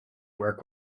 work